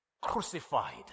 crucified